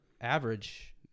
average